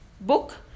book